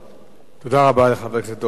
תודה רבה לחבר הכנסת דב חנין.